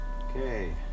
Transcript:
okay